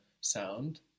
sound